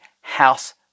house